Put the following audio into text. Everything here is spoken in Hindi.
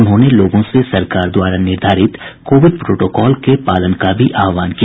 उन्होंने लोगों से सरकार द्वारा निर्धारित कोविड प्रोटोकॉल के पालन का भी आहवान किया